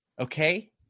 okay –